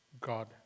God